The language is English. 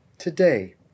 Today